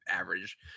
average